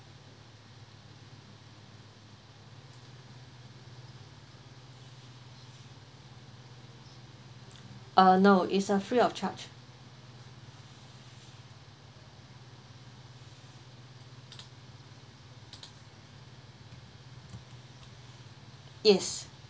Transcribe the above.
uh no is a free of charge yes